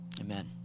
Amen